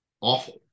awful